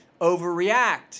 overreact